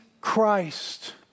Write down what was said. Christ